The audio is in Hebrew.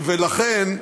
ולכן,